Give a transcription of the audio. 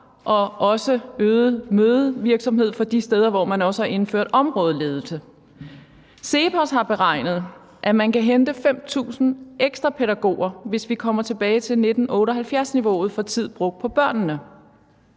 og den øgede mødevirksomhed de steder, hvor man også har indført områdeledelse. CEPOS har beregnet, at man kan hente 5.000 ekstra pædagoger, hvis vi kommer tilbage til 1978-niveauet for tid brugt på børnene.